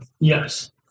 Yes